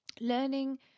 learning